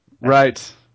Right